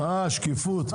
אה, שקיפות.